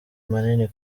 manini